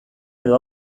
edo